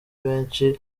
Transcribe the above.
benshi